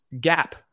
gap